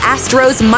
Astros